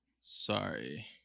Sorry